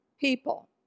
People